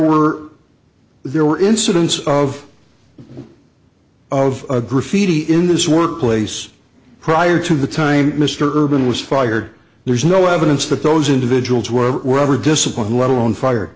were there were incidents of of graffiti in this workplace prior to the time mr urban was fired there is no evidence that those individuals were disciplined let alone fire